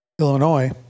Illinois